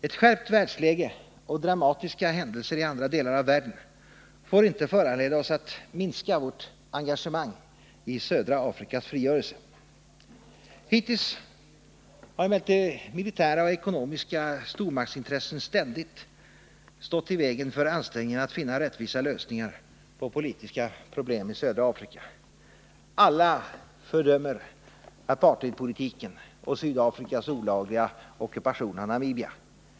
Ett skärpt världsläge och dramatiska händelser i andra delar av världen får inte föranleda oss att minska vårt engagemang i Hittills har emellertid militära och ekonomiska stormaktsintressen ständigt stått i vägen för ansträngningarna att finna rättvisa lösningar på politiska problem i södra Afrika. Alla fördömer apartheidpolitiken och Sydafrikas olagliga ockupation av Namibia.